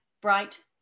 Bright